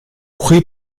corri